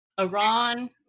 Iran